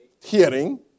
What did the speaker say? hearing